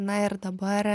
na ir dabar